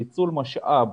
ניצול משאב